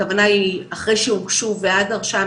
הכוונה היא אחרי שהוגשו ועד הרשעה,